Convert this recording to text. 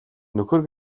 нөхөр